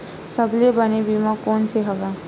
सबले बने बीमा कोन से हवय?